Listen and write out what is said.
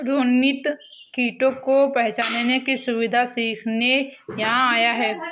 रोनित कीटों को पहचानने की विधियाँ सीखने यहाँ आया है